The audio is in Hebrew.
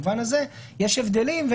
במובן הזה יש הבדלים.